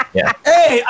Hey